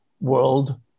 world